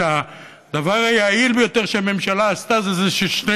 שהדבר היעיל ביותר שהממשלה עשתה זה ששני